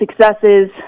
successes